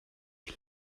die